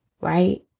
right